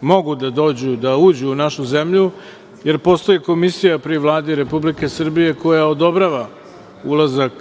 mogu da dođu, da uđu u našu zemlju, jer postoji komisija pri Vladi Republike Srbije koja odobrava ulazak